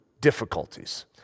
difficulties